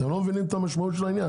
אתם לא מבינים את המשמעות של העניין.